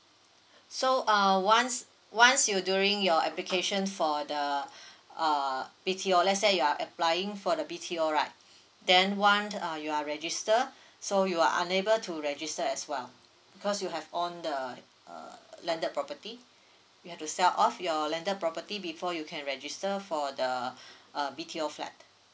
so uh once once you doing your application for the uh B_T_O let's say you are applying for the B_T_O right then one uh you are registered so you are unable to register as well because you have owed the uh landed property you have to sell off your landed property before you can register for the uh B_T_O flat